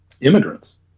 immigrants